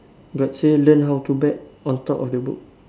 but say learn how to bet on top of the book